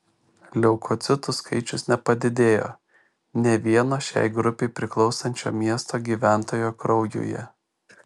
leukocitų skaičius nepadidėjo nė vieno šiai grupei priklausančio miesto gyventojo kraujuje